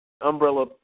umbrella –